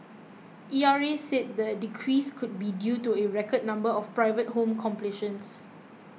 E R A said the decrease could be due to a record number of private home completions